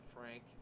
Frank